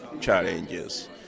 challenges